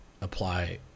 apply